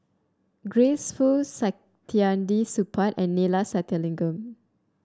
Grace Fu Saktiandi Supaat and Neila Sathyalingam